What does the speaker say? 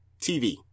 TV